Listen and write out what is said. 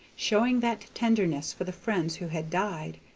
showing that tenderness for the friends who had died,